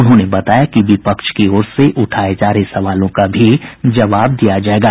उन्होंने बताया कि विपक्ष की ओर से उठाये जा रहे सवालों का भी जवाब दिया जायेगा